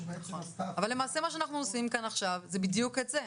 שבעצם עשתה --- אבל מה שאנחנו עושים כאן עכשיו זה בדיוק את זה,